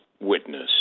witness